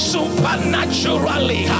Supernaturally